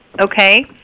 okay